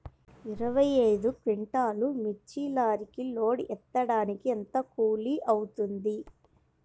ఇరవై ఐదు క్వింటాల్లు మిర్చి లారీకి లోడ్ ఎత్తడానికి ఎంత కూలి అవుతుంది?